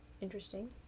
Interesting